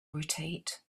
rotate